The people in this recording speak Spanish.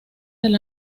del